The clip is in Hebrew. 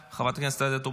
חברת הכנסת מירב בן ארי,